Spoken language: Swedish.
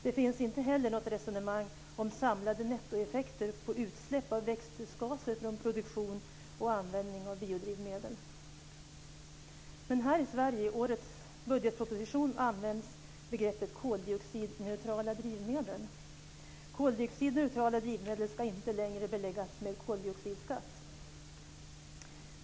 Det finns inte heller något resonemang om samlade nettoeffekter av utsläpp av växthusgaser från produktion och användning av biodrivmedel. Här i Sverige används begreppet koldioxidneutrala drivmedel i årets budgetproposition. Koldioxid i neutrala drivmedel ska inte längre beläggas med koldioxidskatt.